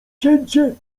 cięcie